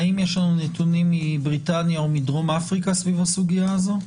האם יש לנו נתונים מבריטניה או מדרום אפריקה סביב הסוגיה הזו?